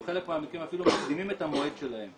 בחלק מהמקרים אפילו מקדימים את המועד שלהן.